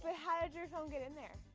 ah how did your phone get in there?